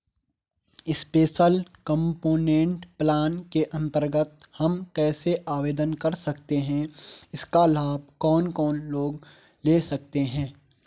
Special component plan के अन्तर्गत हम कैसे आवेदन कर सकते हैं इसका लाभ कौन कौन लोग ले सकते हैं?